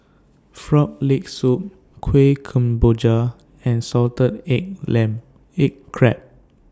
Frog Leg Soup Kuih Kemboja and Salted Egg Crab